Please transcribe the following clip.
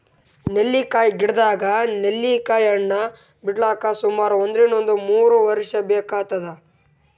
ನೆಲ್ಲಿಕಾಯಿ ಗಿಡದಾಗ್ ನೆಲ್ಲಿಕಾಯಿ ಹಣ್ಣ್ ಬಿಡ್ಲಕ್ ಸುಮಾರ್ ಒಂದ್ರಿನ್ದ ಮೂರ್ ವರ್ಷ್ ಬೇಕಾತದ್